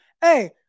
Hey